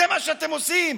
זה מה שאתם עושים.